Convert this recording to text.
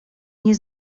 nie